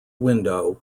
window